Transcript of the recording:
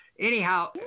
Anyhow